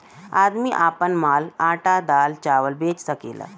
आदमी आपन माल आटा दाल चावल बेच सकेला